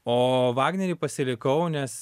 o vagnerį pasirikau nes